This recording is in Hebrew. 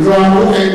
הם לא אמרו את זה.